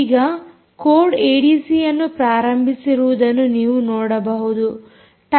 ಈಗ ಕೋಡ್ ಏಡಿಸಿಯನ್ನು ಪ್ರಾರಂಭಿಸಿರುವುದನ್ನು ನೀವು ನೋಡಬಹುದು